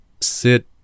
sit